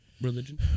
religion